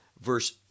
Verse